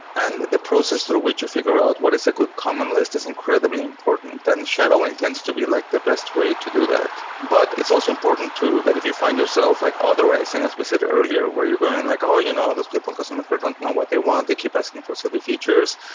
and the process through which you figure out what is a good common list is incredibly important, and shadowing tends to be like the best way to do that. but it's also important too that if you find yourself like authorizing, as we said earlier, where you're going like, oh, you know and those people in customer care don't know what they want. they keep asking for certain features.